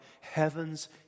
heaven's